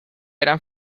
eran